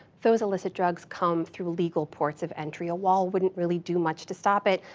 those illicit drugs come through legal ports of entry. a wall wouldn't really do much to stop it.